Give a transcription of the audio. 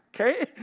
Okay